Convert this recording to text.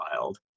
wild